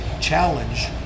challenge